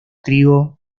trigo